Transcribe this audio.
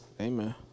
Amen